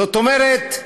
זאת אומרת,